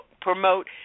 promote